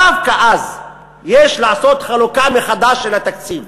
דווקא אז יש לעשות חלוקה מחדש של התקציב